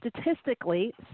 statistically